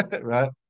right